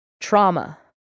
Trauma